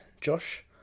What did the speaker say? Josh